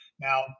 Now